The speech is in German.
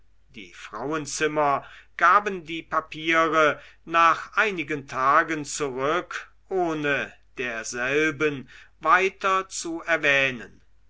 die frauenzimmer gaben ihre papiere nach einigen tagen zurück ohne derselben weiter zu erwähnen